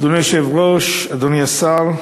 אדוני היושב-ראש, אדוני השר,